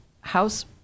House